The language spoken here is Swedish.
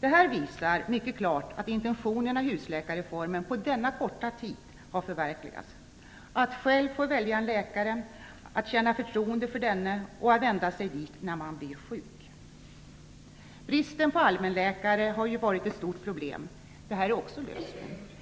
Detta visar mycket klart att intentionerna i husläkarreformen på denna korta tid har förverkligats: att patienten själv skall få välja en läkare, att patienten skall känna förtroende för denne och att patienten vänder sig dit när han eller hon blir sjuk. Bristen på allmänläkare har ju varit ett stort problem, men också detta är nu löst.